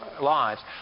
lives